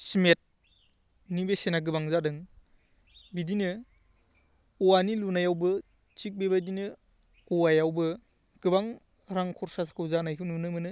सिमेन्टनि बेसेना गोबां जादों बिदिनो औवानि लुनायावबो थिक बेबायदिनो औवायावबो गोबां रां खरसाखौ जानायखौ नुनो मोनो